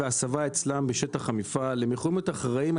הם לא רוצים להיכנס לסרט הזה.